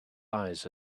eyes